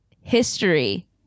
History